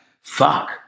fuck